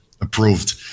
approved